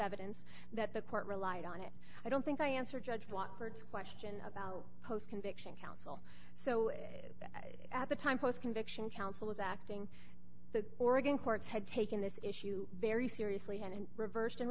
evidence that the court relied on it i don't think i answered judge walker's question about post conviction counsel so at the time post conviction counsel was acting the oregon courts had taken this issue very seriously and reversed and